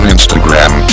Instagram